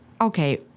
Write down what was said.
okay